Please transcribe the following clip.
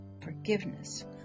forgiveness